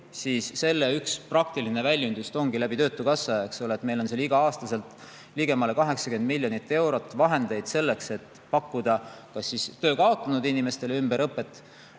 siis selle üks praktiline väljund ongi just töötukassa kaudu, eks ole. Meil on seal iga-aastaselt ligemale 80 miljonit eurot vahendeid selleks, et pakkuda kas siis töö kaotanud inimestele ümberõpet või